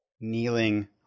kneeling